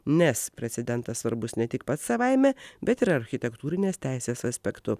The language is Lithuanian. nes precedentas svarbus ne tik pats savaime bet ir architektūrinės teisės aspektu